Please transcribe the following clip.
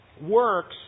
works